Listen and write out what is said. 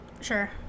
Sure